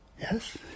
yes